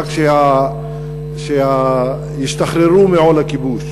רק שישתחררו מעול הכיבוש.